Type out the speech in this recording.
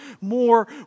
more